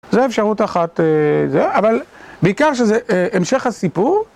זו האפשרות אחת, אבל בעיקר שזה המשך הסיפור.